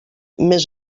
més